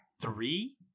three